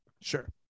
Sure